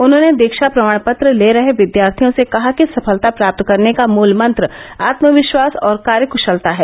उन्होंने दीक्षा प्रमाण पत्र ले रहे विद्यार्थियों से कहा कि सफलता प्राप्त करने का मूल मंत्र आत्मविश्वास और कार्यकृशलता है